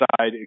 side